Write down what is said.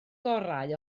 gorau